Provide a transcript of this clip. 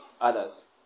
others